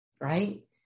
right